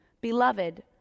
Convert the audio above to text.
beloved